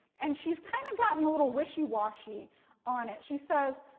and she's kind of gotten a little wishy-washy on it. she says,